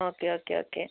okay okay okay